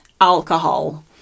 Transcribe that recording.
alcohol